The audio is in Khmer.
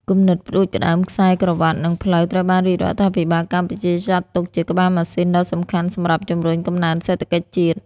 គំនិតផ្ដួចផ្ដើមខ្សែក្រវាត់ និងផ្លូវ ត្រូវបានរាជរដ្ឋាភិបាលកម្ពុជាចាត់ទុកជាក្បាលម៉ាស៊ីនដ៏សំខាន់សម្រាប់ជំរុញកំណើនសេដ្ឋកិច្ចជាតិ។